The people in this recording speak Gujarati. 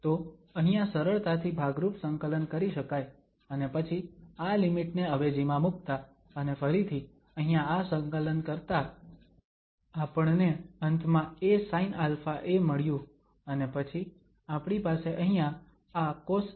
તો અહીંયા સરળતાથી ભાગરૂપ સંકલન કરી શકાય અને પછી આ લિમિટ ને અવેજીમાં મુકતા અને ફરીથી અહીંયા આ સંકલન કરતા આપણને અંતમાં asinαa મળ્યું અને પછી આપણી પાસે અહીંયા આ cosaα 1α2 હશે